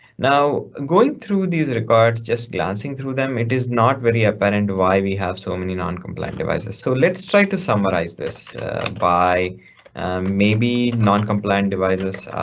now going through these records, just glancing through them, it is not very apparent but and why we have so many noncompliant devices. so let's try to summarize this by maybe noncompliant devices